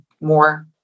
more